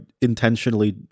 intentionally